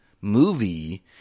movie